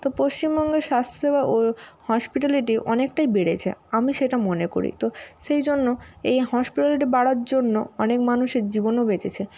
তো পশ্চিমবঙ্গে স্বাস্থ্যসেবা ও হসপিটালিটি অনেকটাই বেড়েছে আমি সেটা মনে করি তো সেই জন্য এই হসপিটালিটি বাড়ার জন্য অনেক মানুষের জীবনও বেঁচেছে